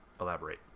elaborate